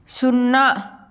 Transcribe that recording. సున్నా